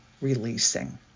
releasing